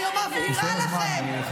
אני מבהירה לכם שיהיה ברור,